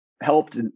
helped